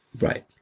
Right